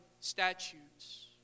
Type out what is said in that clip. statutes